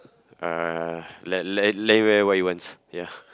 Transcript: uh let let let him wear what he wants ya